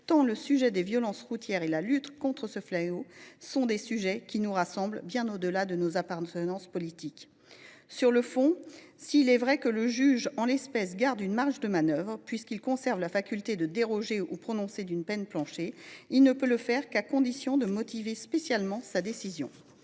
tant le sujet des violences routières et la lutte contre ce fléau sont des questions qui nous rassemblent tous bien au delà de nos appartenances politiques. Sur le fond, s’il est vrai que le juge, en l’espèce, garde une marge de manœuvre, puisqu’il conserve la faculté de déroger au prononcé d’une peine plancher, il ne peut le faire qu’à condition de motiver spécialement sa décision.